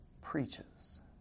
preaches